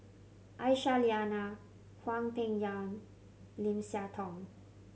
Aisyah Lyana Hwang Peng Yuan Lim Siah Tong